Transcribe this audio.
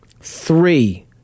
three